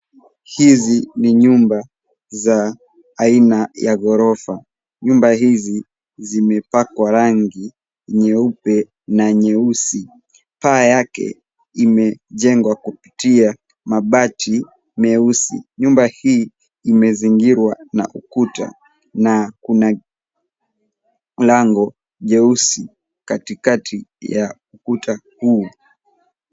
Hizi ni nyumba za aina ya ghorofa. Nyumba hizi zimepakwa rangi nyeupe na nyeusi. Paa yake imejengwa kupitia mabati meusi. Nyumba hii imezingirwa na ukuta na kuna lango jeusi katikati ya ukuta huu.